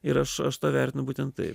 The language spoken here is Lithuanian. ir aš aš vertinu būtent taip